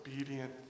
obedient